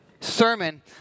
sermon